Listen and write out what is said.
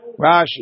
Rashi